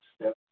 step